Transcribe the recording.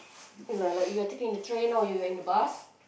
like like you are taking the train or in the bus